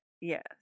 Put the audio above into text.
Yes